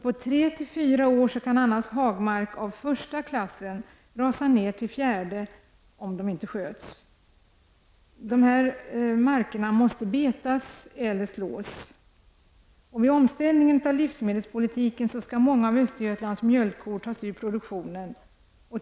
På tre eller fyra år kan annars hagmark av första klassen rasa ned till fjärde, om marken inte sköts. Markerna måste betas eller slås. Vid omställningen av livsmedelspolitiken skall många av Östergötlands mjölkkor tas ut ur produktionen.